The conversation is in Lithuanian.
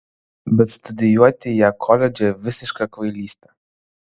bet studijuoti ją koledže visiška kvailystė